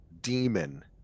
demon